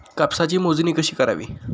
कापसाची मोजणी कशी करावी?